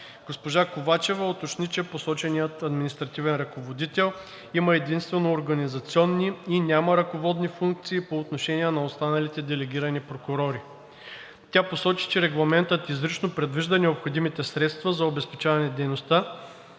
Госпожа Ковачева уточни, че посоченият административен ръководител има единствено организационни и няма ръководни функции по отношение на останалите делегирани прокурори. Тя посочи, че Регламентът изрично предвижда необходимите средства за обезпечаване дейността